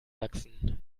sachsen